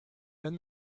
then